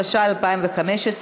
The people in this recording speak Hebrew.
התשע"ה 2015,